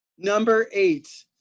number eight,